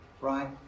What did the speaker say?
right